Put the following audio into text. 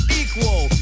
equal